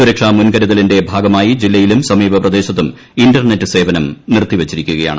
സുരക്ഷാ മുൻകരുതലിന്റെ ഭാഗമായി ജില്ലയിലും സമീപപ്രദേശത്തും ഇന്റർനെറ്റ് സേവനം നിർത്തിപ്പച്ചിരിക്കുകയാണ്